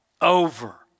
over